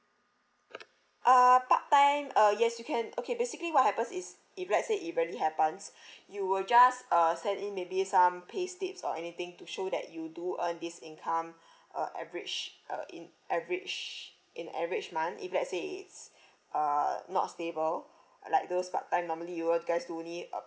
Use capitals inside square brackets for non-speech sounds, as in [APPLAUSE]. uh part time uh yes you can okay basically what happens is if let's say it really happens [BREATH] you will just uh send in maybe some payslips or anything to show that you do earn this income [BREATH] uh average uh in average in average month if let's say it's [BREATH] uh not stable like those part time normally you will guys only uh